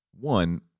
One